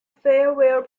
farewell